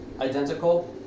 identical